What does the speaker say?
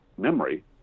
memory